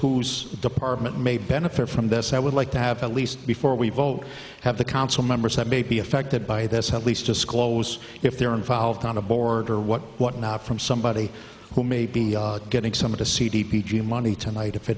whose department may benefit from this i would like to have at least before we vote have the council members have maybe affected by this at least disclose if they're involved on a board or what whatnot from somebody who may be getting some of the c d p g money tonight if